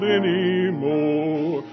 anymore